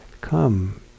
come